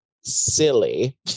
silly